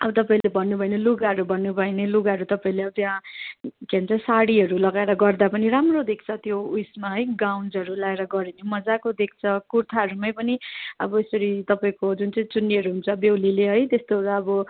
अब तपाईँले भन्नुभयो भने लुगाहरू भन्नुभयो भने लुगाहरू तपाईँले अब त्यहाँ के भन्छ साडीहरू लगाएर गर्दा पनि राम्रो देख्छ त्यो उइसमा है गाउन्जहरू लगाएर गऱ्यो भने पनि मज्जाको देख्छ कुर्थाहरूमै पनि अब यसरी तपाईँको जुन चाहिँ चुन्नीहरू हुन्छ बेहुलीले है त्यस्तोहरू अब